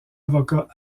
avocat